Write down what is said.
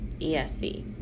ESV